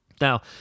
Now